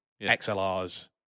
XLRs